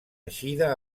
eixida